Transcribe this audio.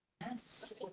Yes